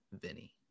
Vinny